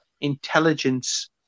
intelligence